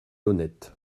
honnête